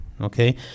okay